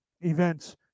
events